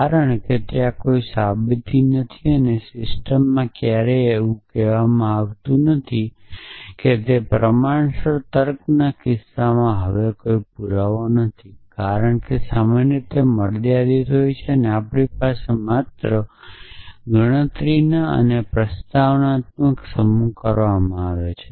કારણ કે ત્યાં કોઈ સાબિતી નથી અને સિસ્ટમમાં ક્યારેય એવું કહેવું બહાર આવતું નથી કે પ્રમાણસર તર્કના કિસ્સામાં હવે કોઈ પુરાવો નથી કારણ કે સામાન્ય રીતે મર્યાદિત હોય ત્યારે આપણી પાસે માત્ર ગણતરીના પ્રસ્તાવના સમૂહ કરવામાં આવે છે